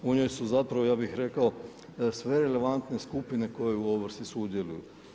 U njoj su zapravo ja bih rekao sve relevantne skupine koje u ovrsi sudjeluju.